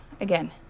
again